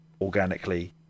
organically